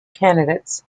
candidates